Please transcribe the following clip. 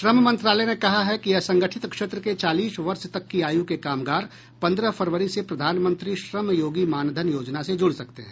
श्रम मंत्रालय ने कहा है कि असंगठित क्षेत्र के चालीस वर्ष तक की आयु के कामगार पंद्रह फरवरी से प्रधानमंत्री श्रम योगी मानधन योजना से जुड़ सकते हैं